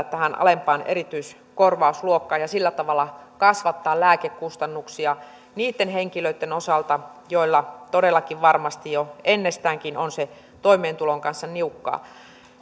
tähän alempaan erityiskorvausluokkaan ja sillä tavalla kasvattaa lääkekustannuksia niitten henkilöitten osalta joilla todellakin varmasti jo ennestäänkin on sen toimentulon kanssa niukkaa